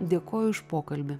dėkoju už pokalbį